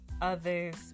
others